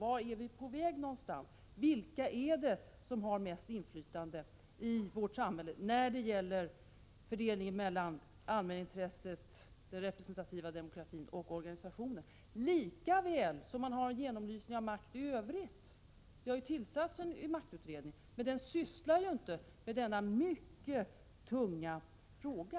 Vart är vi på väg, och vilka har mest inflytande i vårt samhälle i vad gäller fördelningen mellan allmänintresset, den representativa demokratin och organisationerna? Jag vill få en genomlysning av detta lika väl som man har en genomlysning av makt i övrigt. Det har tillsatts en maktutredning, men den sysslar inte med denna mycket tunga fråga.